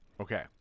Okay